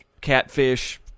catfish